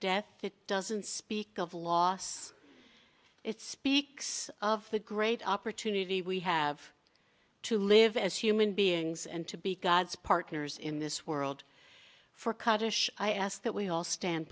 death it doesn't speak of loss it speaks of the great opportunity we have to live as human beings and to be god's partners in this world for cut ish i ask that we all stand